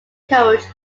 coach